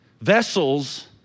Vessels